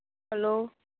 hello